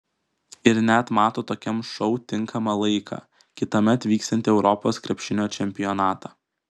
ir net mato tokiam šou tinkamą laiką kitąmet vyksiantį europos krepšinio čempionatą